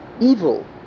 evil